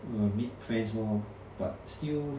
err meet friends lor but still